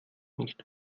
nicht